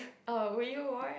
oh would you watch